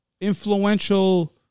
influential